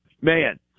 Man